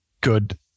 good